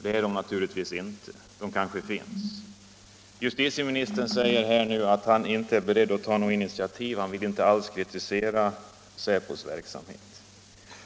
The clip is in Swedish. Det är man naturligtvis inte. Justitieministern säger att han inte är beredd att ta något initiativ — han vill inte alls kritisera Säpos verksamhet.